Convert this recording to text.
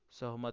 सहमत